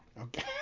Okay